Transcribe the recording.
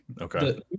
Okay